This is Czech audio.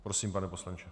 Prosím, pane poslanče.